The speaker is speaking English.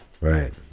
Right